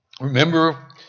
Remember